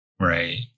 right